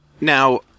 Now